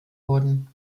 wurden